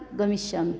गमिष्यामि